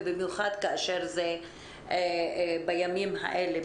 במיוחד בימים האלה,